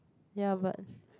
ya but